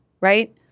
right